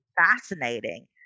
fascinating